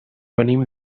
venim